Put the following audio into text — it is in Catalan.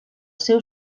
seu